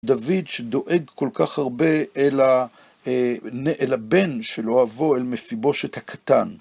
דוד שדואג כל כך הרבה אל הבן של אוהבו, אל מפיבושת הקטן.